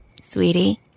Sweetie